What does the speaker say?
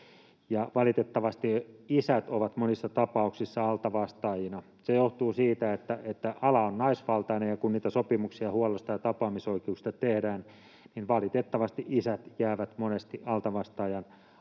valitettavasti isät ovat monissa tapauksissa altavastaajina. Se johtuu siitä, että ala on naisvaltainen, ja kun niitä sopimuksia huollosta ja tapaamisoikeuksista tehdään, niin valitettavasti isät jäävät monesti altavastaajan